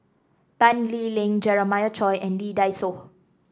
Tan Lee Leng Jeremiah Choy and Lee Dai Soh